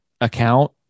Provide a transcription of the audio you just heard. account